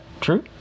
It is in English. true